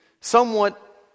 somewhat